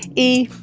e,